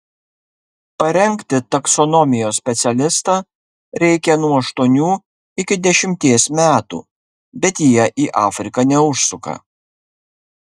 parengti taksonomijos specialistą reikia nuo aštuonių iki dešimties metų bet jie į afriką neužsuka